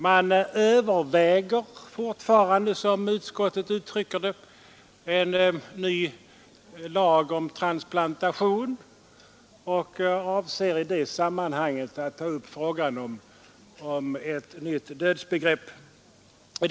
Man ”överväger” fortfarande, som utskottet uttrycker det, en ny lag om transplantation och avser att i det sammanhanget ta upp frågan om dödsbegreppet.